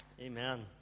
Amen